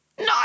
No